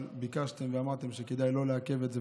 אבל ביקשתם ואמרתם שכדאי לא לעכב את זה,